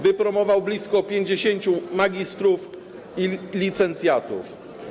Wypromował blisko 50 magistrów i licencjatów.